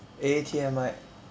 A T M I